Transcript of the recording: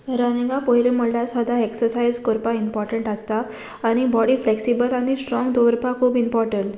रनिंगा पयलीं म्हळ्यार सोदा एक्सरसायज करपा इंपोर्टंट आसता आनी बॉडी फ्लेक्सिबल आनी स्ट्रोंग दोवोरपा खूब इम्पोर्टंट